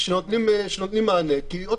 כי שוב